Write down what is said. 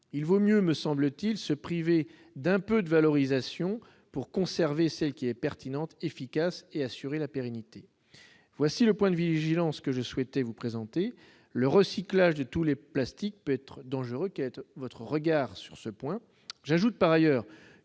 il vaut mieux, me semble-t-il, se priver d'un peu de valorisation pour conserver celle qui est pertinente, efficace et assurer la pérennité, voici le point de vigilance que je souhaitais vous présenter le recyclage de tous les plastiques peut être dangereux,